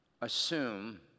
assume